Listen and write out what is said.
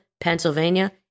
Pennsylvania